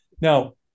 Now